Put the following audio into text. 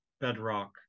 bedrock